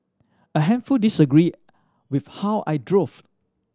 a handful disagreed with how I drove